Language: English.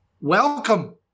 welcome